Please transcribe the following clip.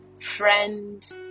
friend